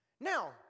Now